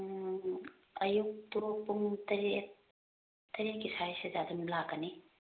ꯑꯌꯨꯛꯇꯣ ꯄꯨꯡ ꯇꯔꯦꯠ ꯇꯔꯦꯠꯀꯤ ꯁꯋꯥꯏꯁꯤꯗ ꯑꯗꯨꯝ ꯂꯥꯛꯀꯅꯤ